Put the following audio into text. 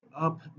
up